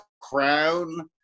Crown